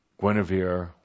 Guinevere